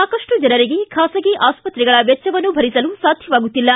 ಸಾಕಷ್ಟು ಜನರಿಗೆ ಖಾಸಗಿ ಆಸ್ತ್ರೆಗಳ ವೆಚ್ಚವನ್ನು ಭರಿಸಲು ಸಾಧ್ಯವಾಗುತ್ತಿಲ್ಲ